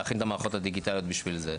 ולהכין את המערכות הדיגיטליות בשביל זה.